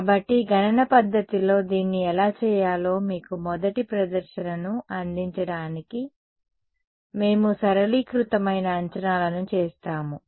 కాబట్టి గణన పద్ధతిలో దీన్ని ఎలా చేయాలో మీకు మొదటి ప్రదర్శనను అందించడానికి మేము సరళీకృతమైన అంచనాలను చేస్తాము